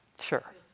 Sure